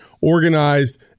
organized